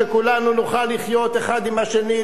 שכולנו נוכל לחיות אחד עם השני,